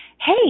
hey